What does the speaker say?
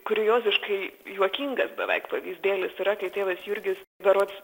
kurioziškai juokingas beveik pavyzdėlis yra kai tėvas jurgis berods